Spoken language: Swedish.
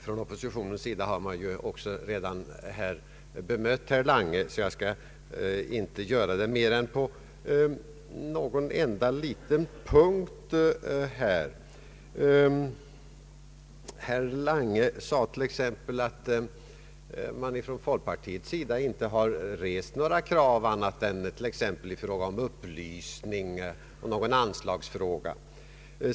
Från oppositionens sida har man också redan här bemött herr Lange, så jag skall endast ta upp någon enda liten punkt. Herr Lange sade att folkpartiet inte rest några andra krav än t.ex. i fråga om upplysning och i någon anslagsfråga.